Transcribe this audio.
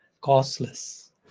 costless